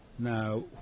Now